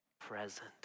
present